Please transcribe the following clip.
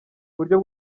uburyo